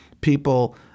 people